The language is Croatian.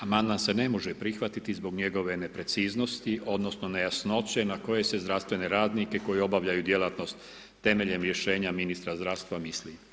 Amandman se ne može prihvatiti zbog njegove nepreciznosti, odnosno nejasnoće na koji se zdravstvene radnike koji obavljaju djelatnost temeljem rješenja ministra zdravstva misli.